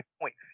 points